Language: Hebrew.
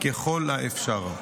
ככל האפשר.